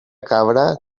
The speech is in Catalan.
cabra